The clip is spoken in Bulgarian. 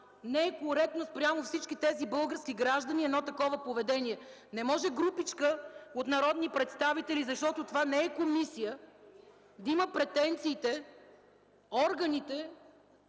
Не е коректно спрямо всички тези български граждани едно такова поведение. Не може групичка от народни представители, защото това не е комисия, да има претенциите органите